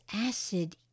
acid